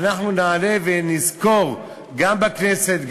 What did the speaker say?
אנחנו נעלה ונזכור גם בכנסת,